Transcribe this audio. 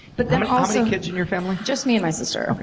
but ah so kids in your family? just me and my sister. oh.